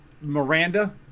Miranda